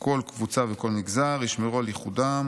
כל קבוצה וכל מגזר ישמרו על ייחודם